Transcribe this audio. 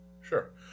Sure